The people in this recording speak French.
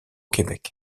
québec